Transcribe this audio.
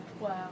Wow